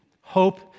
hope